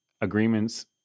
agreements